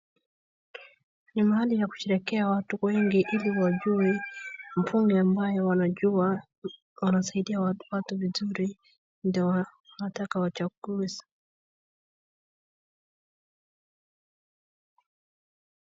Ni mahali ya kusherehekea watu wengi ili wajue mbunge ambayo wanajua anasaidie watu vizuri, ndio wanataka wachague.